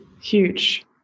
huge